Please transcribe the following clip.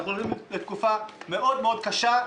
אנחנו הולכים לתקופה מאוד מאוד קשה,